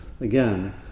again